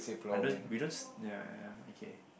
I don't we don't ya ya ya okay